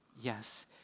Yes